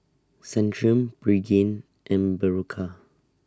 Centrum Pregain and Berocca